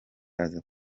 aza